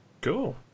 Cool